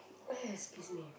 excuse me